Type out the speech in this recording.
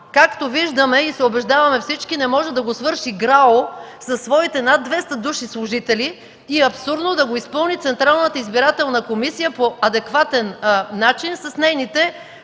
Както виждаме и се убеждаваме всички това не може да свърши ГРАО със своите над 200 души служители, абсурдно е да го изпълни Централната избирателна комисия по адекватен начин с нейните